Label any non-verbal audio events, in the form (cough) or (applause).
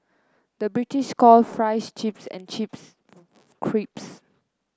the British calls fries chips and chips (unintelligible) crisps